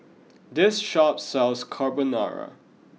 this shop sells Carbonara